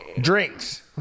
Drinks